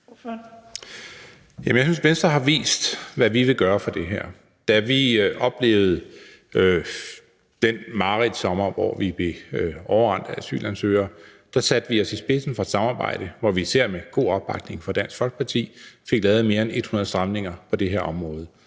Jeg synes, Venstre har vist, hvad vi vil gøre for det her. Da vi oplevede den mareridtsommer, hvor vi blev overrendt af asylansøgere, satte vi os i spidsen for et samarbejde, hvor vi især med god opbakning fra Dansk Folkeparti fik lavet mere end 100 stramninger på det her område,